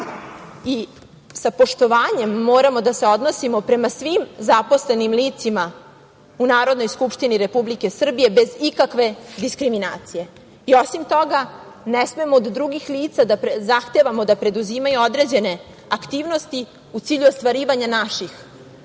i sa poštovanjem moramo da se odnosimo prema svim zaposlenim licima u Narodnoj skupštini Republike Srbije, bez ikakve diskriminacije. Osim toga, ne smemo od drugih lica da zahtevamo da preduzimaju određene aktivnosti u cilju ostvarivanja naših